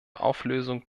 auflösung